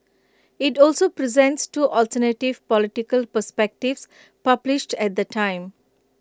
IT also presents two alternative political perspectives published at the time